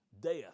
Death